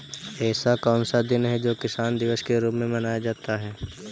ऐसा कौन सा दिन है जो किसान दिवस के रूप में मनाया जाता है?